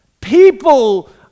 people